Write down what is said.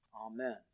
Amen